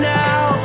now